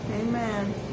Amen